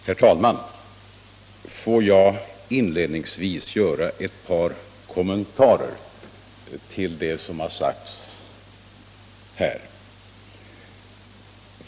Herr talman! Får jag inledningsvis göra ett par kommentarer till vad som här har sagts.